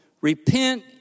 Repent